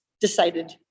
decided